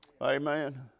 Amen